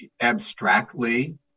abstractly